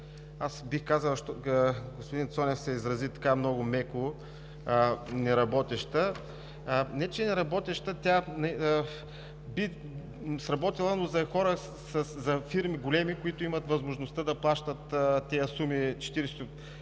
Бих казал, че господин Цонев се изрази много меко – неработеща. Не че е неработеща, тя би сработила, но за хора с големи фирми, които имат възможността да плащат тези суми – 40%